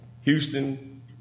Houston